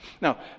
Now